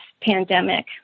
pandemic